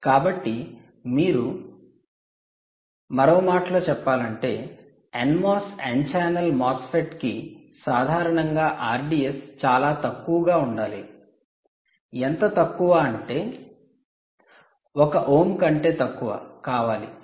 కాబట్టి మరో మాటలో చెప్పాలంటే n MOS n channel MOSFET కి సాధారణంగా RDS చాలా తక్కువగా ఉండాలి ఎంత తక్కువ అంటే ఒక ఓం కంటే తక్కువ కావాలి 0